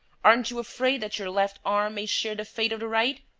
aren't you afraid that your left arm may share the fate of the right?